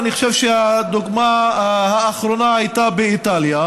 אני חושב שהדוגמה האחרונה הייתה באיטליה,